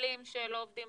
ומפעלים שלא עובדים